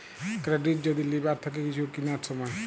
credit যদি লিবার থাকে কিছু কিনার সময়